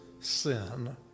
sin